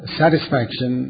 satisfaction